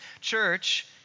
Church